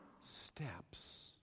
steps